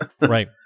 Right